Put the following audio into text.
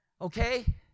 Okay